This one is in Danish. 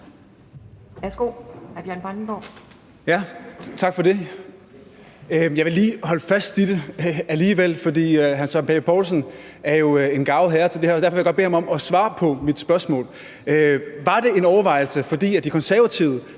Jeg vil lige holde fast i det alligevel, fordi hr. Søren Pape Poulsen jo er en garvet herre til det her. Derfor vil jeg godt bede ham om at svare på mit spørgsmål. Var det en overvejelse, fordi De Konservative